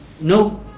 no